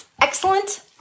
Excellent